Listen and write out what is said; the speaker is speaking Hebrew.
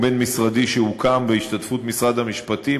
בין-משרדי שהוקם בהשתתפות משרד המשפטים,